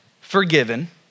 forgiven